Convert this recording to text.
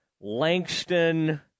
Langston